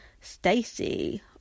Stacy